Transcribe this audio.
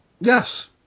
Yes